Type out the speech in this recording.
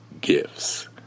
gifts